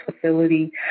facility